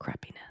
crappiness